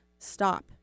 stop